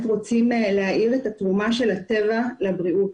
רוצים להאיר את התרומה של הטבע לבריאות.